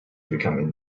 becoming